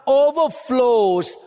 overflows